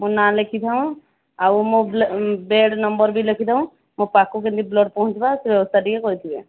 ମୋ ନାଁ ଲେଖିଥାଅ ଆଉ ମୋ ବ୍ଳ ବେଡ଼୍ ନମ୍ବର୍ ବି ଲେଖିଦେବ ମୋ ପାଖକୁ କେମିତି ବ୍ଳଡ଼୍ ପହଞ୍ଚିବ ସେ ବ୍ୟବସ୍ଥା ଟିକିଏ କରିଥିବେ